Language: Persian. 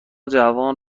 جوان